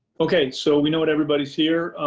okay, so we know what everybody's here.